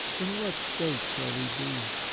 in what state shall we be?